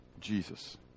Jesus